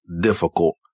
difficult